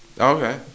okay